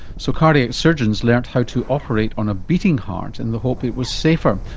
so cardiac surgeons learnt how to operate on a beating heart in the hope it was safer,